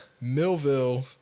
Millville